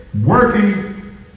working